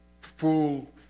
full